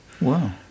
Wow